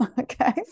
Okay